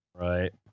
Right